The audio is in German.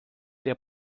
der